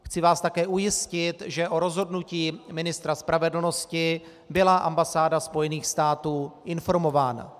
Chci vás také ujistit, že o rozhodnutí ministra spravedlnosti byla ambasáda Spojených států informována.